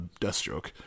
Deathstroke